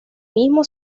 mismo